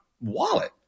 wallet